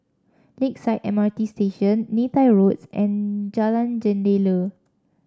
Lakeside M R T Station Neythai Road and Jalan Jendela